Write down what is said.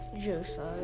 Josiah